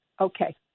Okay